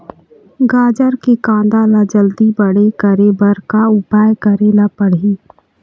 गाजर के कांदा ला जल्दी बड़े करे बर का उपाय करेला पढ़िही?